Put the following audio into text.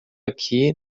aqui